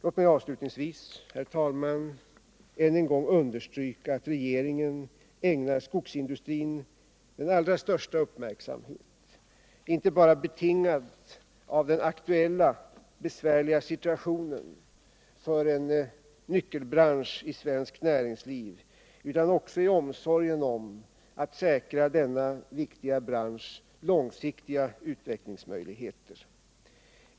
Låt mig avslutningsvis, herr talman, än en gång understryka att regeringen ägnar skogsindustrin den allra största uppmärksamhet, inte bara betingat av den aktuella besvärliga situationen för en nyckelbransch i svenskt näringsliv utan också i omsorgen om att säkra denna viktiga branschs framtida utvecklingsmöjligheter.